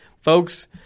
Folks